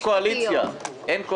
אבל אין קואליציה, אין קואליציה.